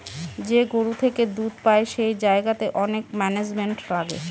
যে গরু থেকে দুধ পাই সেই জায়গাতে অনেক ম্যানেজমেন্ট লাগে